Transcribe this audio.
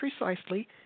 precisely